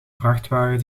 vrachtwagen